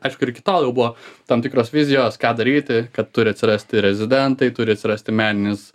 aišku ir iki tol buvo tam tikros vizijos ką daryti kad turi atsirasti rezidentai turi atsirasti meninis